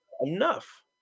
Enough